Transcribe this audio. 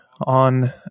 on